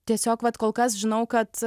tiesiog vat kol kas žinau kad